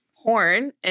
porn